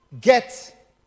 get